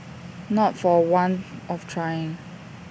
not for want of trying